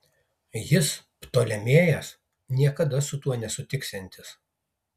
jis ptolemėjas niekada su tuo nesutiksiantis